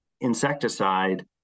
insecticide